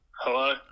Hello